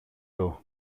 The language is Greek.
του